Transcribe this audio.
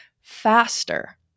faster